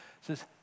says